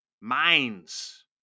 minds